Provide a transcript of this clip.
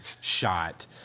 shot